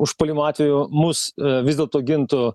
užpuolimo atveju mus vis dėlto gintų